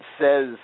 says